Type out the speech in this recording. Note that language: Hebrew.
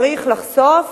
צריך לחשוף